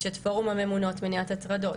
יש את פורום הממונות מניעת הטרדות.